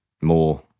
more